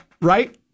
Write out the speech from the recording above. right